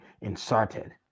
inserted